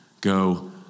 go